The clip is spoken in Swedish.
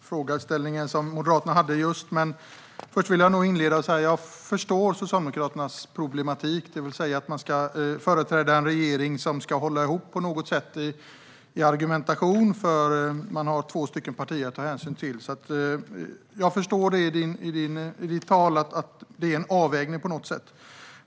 frågeställning som Moderaterna hade. Jag förstår Socialdemokraternas politik. Man ska företräda en regering som ska hålla ihop i argumentationen, och man har två partier att ta hänsyn till. Jag förstår av ditt tal att det sker en avvägning.